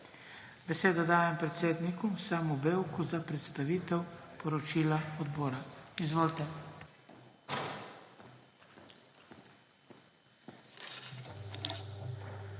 Besedo dajem predsedniku Samu Bevku za predstavitev poročila odbora. Izvolite.